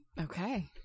okay